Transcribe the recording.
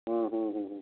ಹ್ಞೂ ಹ್ಞೂ ಹ್ಞೂ ಹ್ಞೂ ಹ್ಞೂ